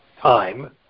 time